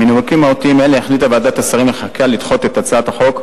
מנימוקים מהותיים אלו החליטה ועדת השרים לחקיקה לדחות את הצעת החוק,